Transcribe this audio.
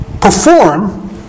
perform